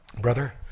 Brother